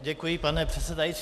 Děkuji, pane předsedající.